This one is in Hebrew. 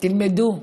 תלמדו.